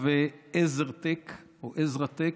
אגב, אפשר לכנות אותו "עזר טק" או "עזרה טק"